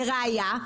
לראיה,